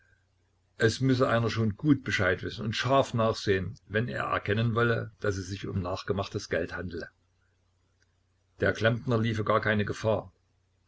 es müsse einer schon gut bescheid wissen und scharf nachsehen wenn er erkennen wolle daß es sich um nachgemachtes geld handele der klempner liefe gar keine gefahr